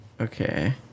Okay